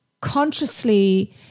consciously